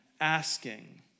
asking